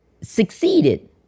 succeeded